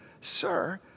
Sir